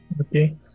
Okay